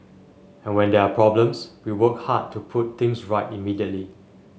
and when there are problems we work hard to put things right immediately